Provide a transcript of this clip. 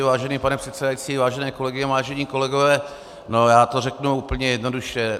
Vážený pane předsedající, vážené kolegyně, vážení kolegové, já to řeknu úplně jednoduše.